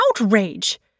outrage